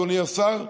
אדוני השר,